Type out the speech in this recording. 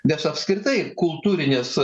nes apskritai kultūrinės